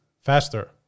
faster